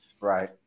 Right